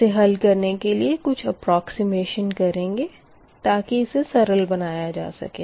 इसे हल करने के लिए कुछ अपरोकसिमिशन करेंगे ताकि इसे सरल बनाया जा सके